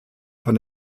von